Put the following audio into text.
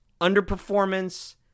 underperformance